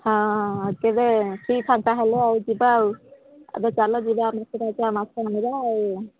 ହଁ କେବେ ସେଇ ଫାଙ୍କା ହେଲେ ଆଉ ଯିବା ଆଉ ଏବେ ଚାଲଯିବା ଆଇଁଷ ବାରିଟା ମାଛ ଆଣିବା ଆଉ